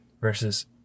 versus